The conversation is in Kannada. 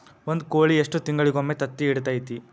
ಒಂದ್ ಕೋಳಿ ಎಷ್ಟ ತಿಂಗಳಿಗೊಮ್ಮೆ ತತ್ತಿ ಇಡತೈತಿ?